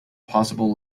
possible